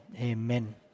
Amen